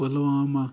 Pulwama